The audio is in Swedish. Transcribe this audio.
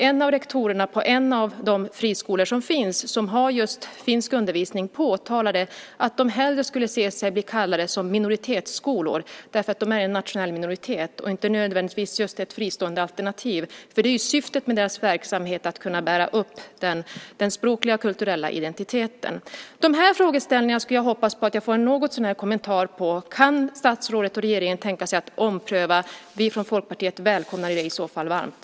En av rektorerna på en av de friskolor som finns och som just har finsk undervisning påtalade att de hellre skulle vilja bli kallade minoritetsskolor, därför att det handlar om en nationell minoritet och inte nödvändigtvis om ett fristående alternativ. Syftet med deras verksamhet är att bära upp den språkliga och kulturella identiteten. De här frågeställningarna hoppas jag att kunna få en kommentar till. Kan statsrådet och regeringen tänka sig att ompröva? Vi i Folkpartiet välkomnar det i så fall varmt.